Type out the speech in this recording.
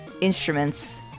instruments